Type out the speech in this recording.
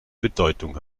bedeutung